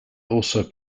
also